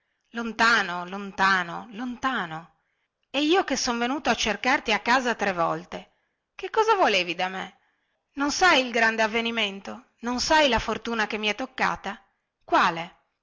lontano lontano lontano e io che son venuto a cercarti a casa tre volte che cosa volevi da me non sai il grande avvenimento non sai la fortuna che mi è toccata quale